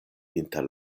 inter